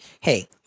hey